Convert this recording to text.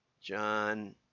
John